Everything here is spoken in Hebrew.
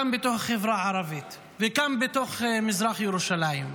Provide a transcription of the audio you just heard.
גם בתוך החברה הערבית וגם בתוך מזרח ירושלים.